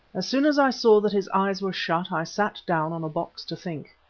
as soon as i saw that his eyes were shut i sat down on a box to think.